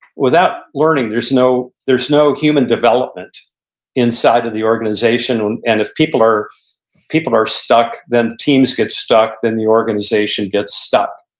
without learning there's no there's no human development inside of the organization and and if people are people are stuck, then teams get stuck, the organization gets stuck.